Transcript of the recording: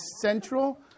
central